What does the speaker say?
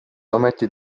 ometi